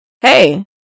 hey